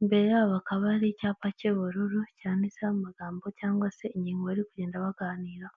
imbere yabo hakaba hari icyapa cy'ubururu cyanditseho amagambo cyangwa se ingingo bari kugenda baganiraho.